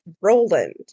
Roland